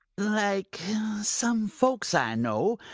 like some folks i know,